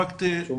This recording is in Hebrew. הוא חשוב,